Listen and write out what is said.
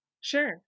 Sure